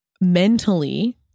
mentally